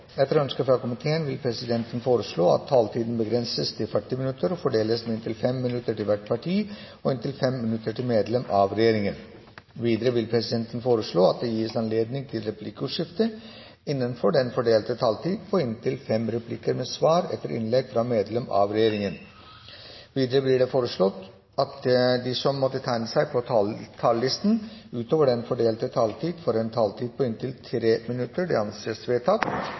Etter ønske fra justiskomiteen vil presidenten foreslå at taletiden begrenses til 40 minutter og fordeles med inntil 5 minutter til hvert parti og inntil 5 minutter til medlem av regjeringen. Videre vil presidenten foreslå at det gis anledning til replikkordskifte på inntil 5 replikker med svar etter innlegg fra medlem av regjeringen innenfor den fordelte taletid. Videre blir det foreslått at de som måtte tegne seg på talerlisten utover den fordelte taletid, får en taletid på inntil 3 minutter. – Det anses vedtatt.